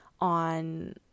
on